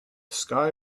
sky